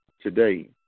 today